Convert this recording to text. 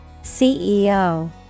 CEO